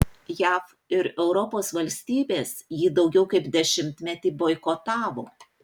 jav ir europos valstybės jį daugiau kaip dešimtmetį boikotavo